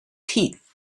teeth